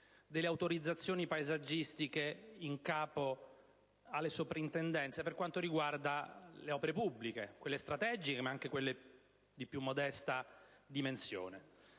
delle autorizzazioni paesaggistiche in capo alle soprintendenze per quanto riguarda le opere pubbliche, quelle strategiche ma anche quelle di più modesta dimensione.